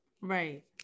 Right